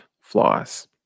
flaws